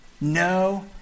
No